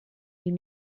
you